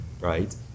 right